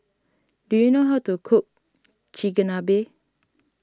do you know how to cook Chigenabe